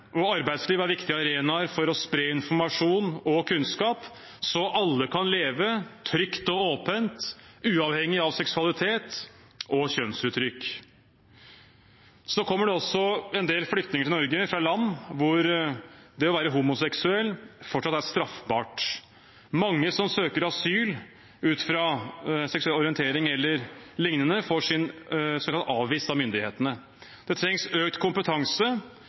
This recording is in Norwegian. og arbeidsliv er viktige arenaer for å spre informasjon og kunnskap, så alle kan leve trygt og åpent uavhengig av seksualitet og kjønnsuttrykk. Så kommer det også en del flyktninger til Norge fra land hvor det å være homoseksuell fortsatt er straffbart. Mange som søker asyl ut fra seksuell orientering e.l., får sin søknad avvist av myndighetene. Det trengs økt kompetanse